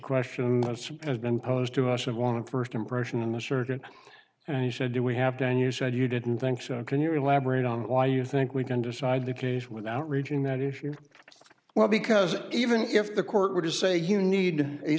question that's been posed to us and want to first impression and the surgeon and he said do we have to and you said you didn't think so and can you elaborate on why you think we can decide the case without reaching that issue well because even if the court were to say you need a